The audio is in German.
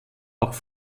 auch